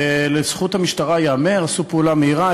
לזכות המשטרה ייאמר שעשו פעולה מהירה,